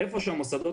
המוסדות,